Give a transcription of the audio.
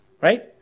Right